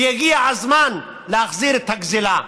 ויגיע הזמן להחזיר את הגזלה.